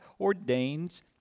ordains